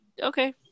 Okay